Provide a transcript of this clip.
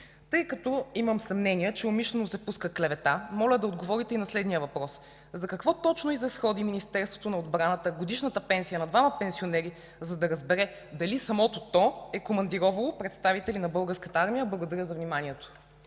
Тъй като имам съмнения, че умишлено се пуска клевета, моля да отговорите и на следния въпрос: за какво точно изразходи Министерството на отбраната годишната пенсия на двама пенсионери, за да разбере дали самото то е командировало представители на Българската армия? Благодаря за вниманието.